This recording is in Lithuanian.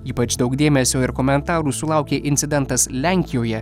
ypač daug dėmesio ir komentarų sulaukė incidentas lenkijoje